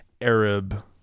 arab